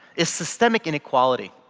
is systemic inequality.